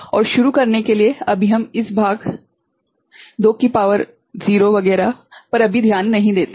और शुरू करने के लिए अभी हम इस भाग 2 की शक्ति 0 वगैरह पर अभी ध्यान नहीं देते हैं